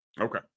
Okay